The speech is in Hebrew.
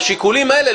מהשיקולים האלה,